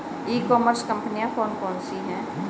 ई commerce कंपनियाँ कौन कौन सी हैं?